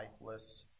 lifeless